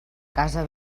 casa